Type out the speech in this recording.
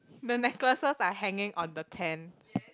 the necklaces are hanging on the tent